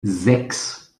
sechs